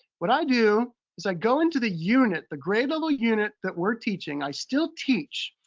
what i do is i go into the unit, the grade level unit that we're teaching, i still teach.